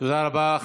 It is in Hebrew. תודה רבה.